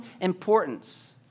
importance